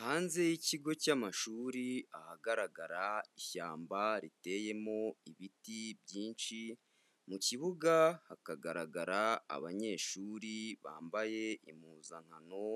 Hanze y'ikigo cy'amashuri ahagaragara ishyamba riteyemo ibiti byinshi, mu kibuga hakagaragara abanyeshuri bambaye impuzankano,